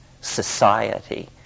society